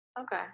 Okay